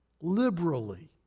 liberally